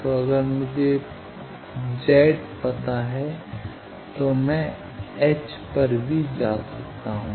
तो अगर मुझे Z पता है कि मैं H पर भी जा सकता हूं